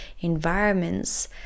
environments